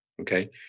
okay